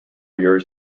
years